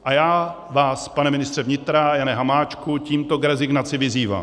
A já vás, pane ministře vnitra Jane Hamáčku, tímto k rezignaci vyzývám.